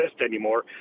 anymore